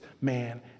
man